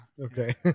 okay